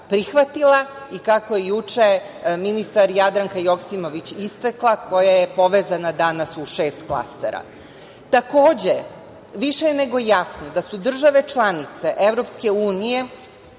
prihvatila i, kako je juče ministar Jadranka Joksimović istakla, koja je povezana danas u šest klastera. Takođe, više je nego jasno da su države članice EU učestvovale